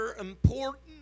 important